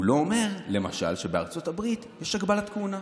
הוא לא אומר, למשל, שבארצות הברית יש הגבלת כהונה,